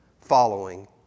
following